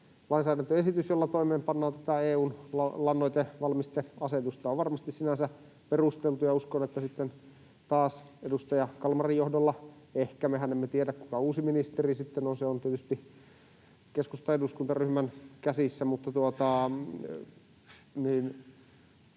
lainsäädäntöesitys, jolla toimeenpannaan tätä EU:n lannoitevalmisteasetusta, on varmasti sinänsä perusteltu. Uskon, että sitten taas edustaja Kalmarin johdolla, ehkä — mehän emme tiedä, kuka uusi ministeri sitten on, sillä se on tietysti keskustan eduskuntaryhmän käsissä,